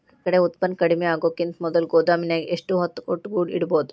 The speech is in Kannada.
ನನ್ ಕಡೆ ಉತ್ಪನ್ನ ಕಡಿಮಿ ಆಗುಕಿಂತ ಮೊದಲ ಗೋದಾಮಿನ್ಯಾಗ ಎಷ್ಟ ಹೊತ್ತ ಒಟ್ಟುಗೂಡಿ ಇಡ್ಬೋದು?